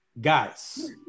guys